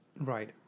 Right